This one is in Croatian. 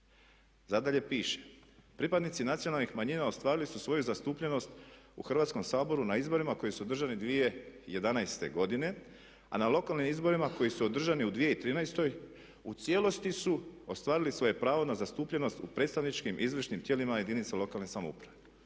Nadalje piše, pripadnici nacionalnih manjina ostvarili su svoju zastupljenost u Hrvatskom saboru na izborima koji su održani 2011. a na lokalnim izborima koji su održani u 2013. u cijelosti su ostvarili svoje pravo na zastupljenost u predstavničkim, izvršnim tijelima jedinica lokalne samouprave.